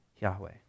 Yahweh